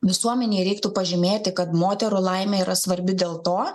visuomenei reiktų pažymėti kad moterų laimė yra svarbi dėl to